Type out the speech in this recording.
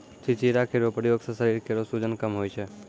चिंचिड़ा केरो प्रयोग सें शरीर केरो सूजन कम होय छै